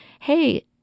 hey –